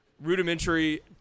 Rudimentary